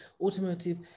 automotive